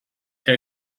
herr